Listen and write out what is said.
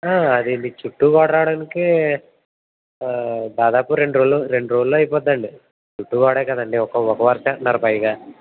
అది మీ చుట్టూ గోడ రావడానికి దాదాపు రోజులు రెండు రోజుల్లో రెండు రోజుల్లో అయిపోద్దండి చుట్టూ గోడే కదండీ ఒక ఒక వరసే అంటున్నారు పైగా